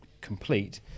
complete